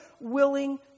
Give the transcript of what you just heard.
willing